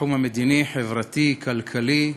בתחום המדיני, החברתי, הכלכלי,